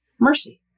mercy